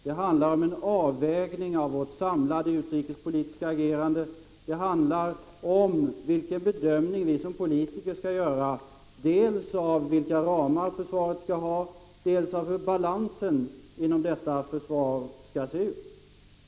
Det handlar om en avvägning av vårt samlade utrikespolitiska agerande, och det handlar om vilken bedömning vi som politiker skall göra av dels vilka ramar försvaret skall ha, dels hur balansen inom detta försvar skall vara.